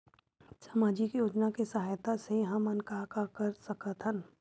सामजिक योजना के सहायता से हमन का का कर सकत हन?